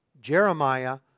Jeremiah